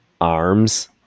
arms